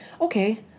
okay